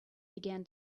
began